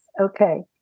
Okay